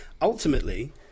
Ultimately